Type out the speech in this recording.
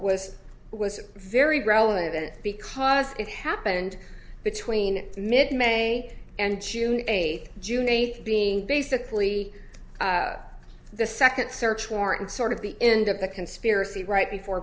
was was very relevant because it happened between mid may and june eighth june eighth being basically the second search warrant sort of the end of the conspiracy right before